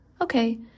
okay